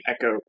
echo